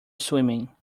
swimming